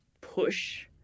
push